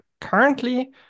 currently